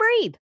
breathe